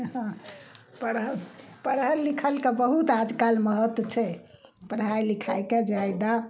पढ़ल पढ़ल लिखलके बहुत आजकल महत्व छै पढ़ाइ लिखाइके जादा